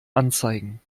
anzeigen